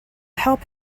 help